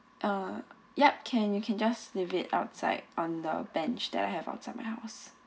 uh yup can you can just leave it outside on the bench that I have outside my house